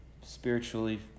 spiritually